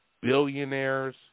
billionaires